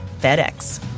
FedEx